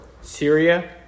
Syria